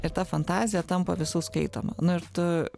ir ta fantazija tampa visų skaitoma nu ir tu